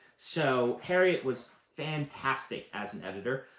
so harriet was fantastic as an editor.